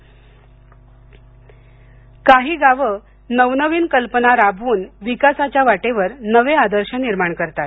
कोटगाव फळबाग काही गावं नवनवीन कल्पना राबवून विकासाच्या वाटेवर नवे आदर्श निर्माण करतात